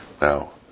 Now